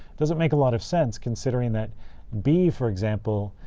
doesn't make a lot of sense, considering that b, for example,